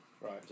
Right